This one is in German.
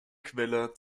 quelle